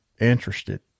interested